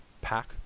pack